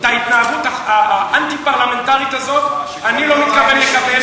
את ההתנהגות האנטי-פרלמנטרית הזאת אני לא מתכוון לקבל.